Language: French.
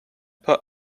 pas